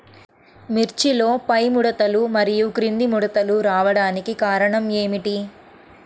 మిర్చిలో పైముడతలు మరియు క్రింది ముడతలు రావడానికి కారణం ఏమిటి?